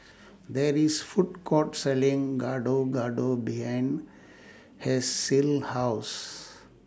There IS Food Court Selling Gado Gado behind Hershel's House